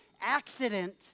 accident